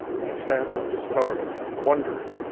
he sat up, startled, wondering,